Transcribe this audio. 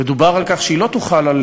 ודובר על כך שהיא לא תוחל על